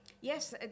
yes